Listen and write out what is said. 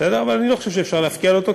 אבל אני לא חושב שאפשר להפקיע לה אותו,